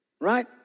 Right